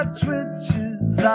twitches